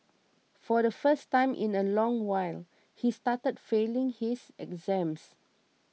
for the first time in a long while he started failing his exams